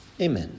Amen